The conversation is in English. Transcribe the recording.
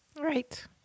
Right